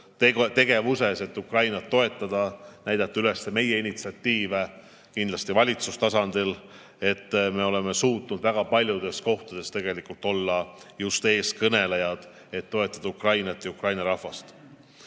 tegutsenud, et Ukrainat toetada, näidata üles meie initsiatiivi, kindlasti valitsuse tasandil, et oleme suutnud väga paljudes kohtades tegelikult olla just eeskõnelejad, toetada Ukrainat ja Ukraina rahvast. See